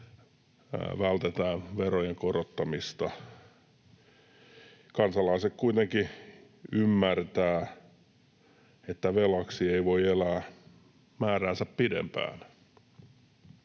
vältetään verojen korottamista. Kansalaiset kuitenkin ymmärtävät, että velaksi ei voi elää määräänsä pidempään.